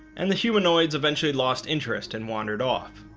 and the humanoids eventually lost interest and wandered off